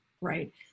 right